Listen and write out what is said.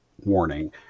warning